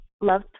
love